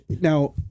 Now